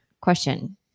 question